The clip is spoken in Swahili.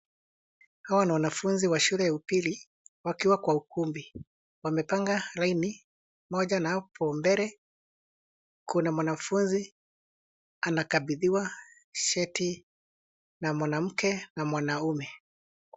Hawa ni wanafunzi wa shule ya upili, wakiwa kwa ukumbi. Wamepanga laini moja, na hapo mbele kuna mwanafunzi anakabidhiwa cheti na mwanamke na mwanaume.